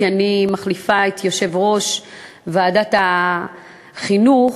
כי אני מחליפה את יושב-ראש ועדת החינוך,